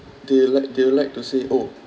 they like they will like to say orh